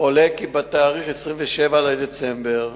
עולה כי בתאריך 27 בדצמבר,